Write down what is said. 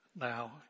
Now